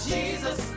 Jesus